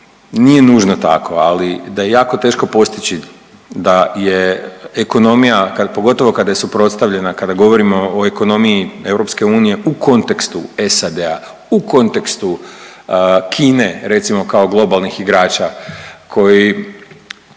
nije nužno tako, ali da je jako teško postići da je ekonomija pogotovo kada je suprotstavljena kada govorimo o ekonomiji EU u kontekstu SAD-a, u kontekstu Kine recimo kao globalnih igrača koji,